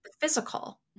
physical